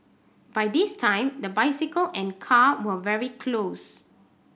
by this time the bicycle and car were very close